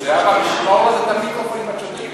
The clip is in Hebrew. בואו נאפשר את זה מבלי לזרוק שטויות